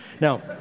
Now